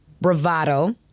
bravado